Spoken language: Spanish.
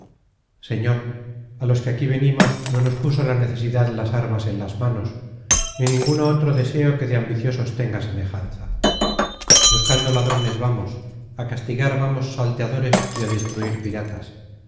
señor á los que aquí venimos no nos puso la necesidad las armas en las manos ni ninguno otro deseo que de ambiciosos tenga semejanza buscando vamos ladrones á castigar vamos salteadores y a destruir piratas